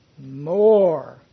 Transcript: more